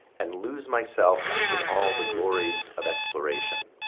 and lose myself in all the glories of exploration.